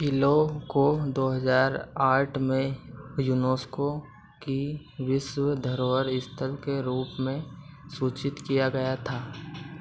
किलों को दो हजार आठ में यूनोस्को की विश्व धरोहर स्थल के रूप में सूचित किया गया था